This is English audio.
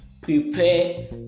Prepare